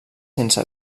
sense